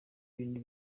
bintu